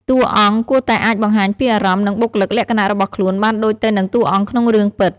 តួអង្គគួរតែអាចបង្ហាញពីអារម្មណ៍ និងបុគ្គលិកលក្ខណៈរបស់ខ្លួនបានដូចទៅនឹងតួអង្គក្នុងរឿងពិត។